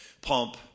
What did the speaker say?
pump